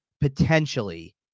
potentially